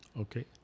Okay